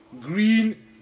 green